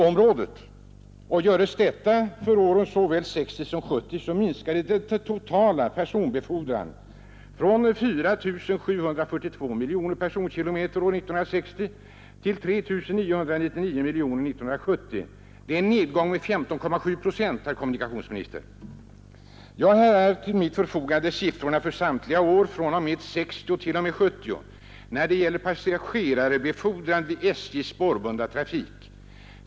Gör man detta för såväl år 1960 som för år 1970, finner man att den totala personbefordran minskade från 4742 miljoner personkilometer år 1960 till 3999 miljoner personkilometer år 1970. Det är en nedgång med 15,7 procent, herr kommunikationsminster. Jag har här till mitt förfogande siffrorna för samtliga år fr.o.m. 1960 t.o.m. 1970 när det gäller passagerarbefordran vid SJ:s spårbundna trafik.